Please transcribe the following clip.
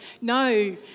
No